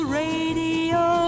radio